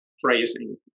phrasing